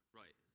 right